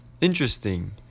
Interesting